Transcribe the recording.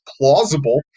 plausible